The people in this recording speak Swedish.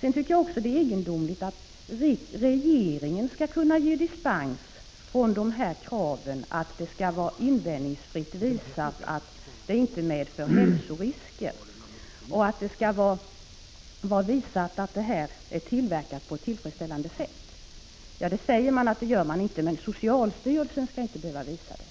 Jag tycker också att det är egendomligt att regeringen skall kunna ge dispens från kraven att det skall vara invändningsfritt påvisat att medlet inte medför hälsorisker och att det skall vara påvisat att tillverkningen sker på ett tillfredsställande sätt. Detta sägs visserligen inte, men socialstyrelsen skall inte behöva visa det.